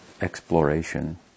exploration